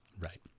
Right